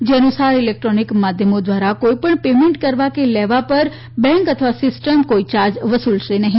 જે અનુસાર ઇલેકટ્રોનીક માધ્યમો ધ્વારા કોઇપણ પેમેન્ટ કરવા કે લેવા પર બેંક અથવા સિસ્ટમ કોઇ યાર્જ વસુલશે નહી